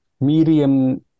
medium